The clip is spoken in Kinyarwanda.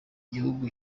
gihugu